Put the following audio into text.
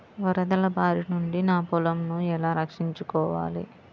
వరదల భారి నుండి నా పొలంను ఎలా రక్షించుకోవాలి?